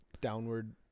downward